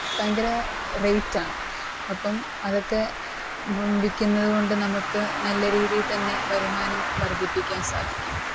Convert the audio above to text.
ഭയങ്കര റെയ്റ്റാണ് അപ്പം അതൊക്കെ വിൽക്കുന്നതുകൊണ്ട് നമുക്ക് നല്ല രീതിയിൽതന്നെ വരുമാനം വർദ്ധിപ്പിക്കാൻ സാധിക്കും